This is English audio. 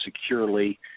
securely